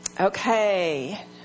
Okay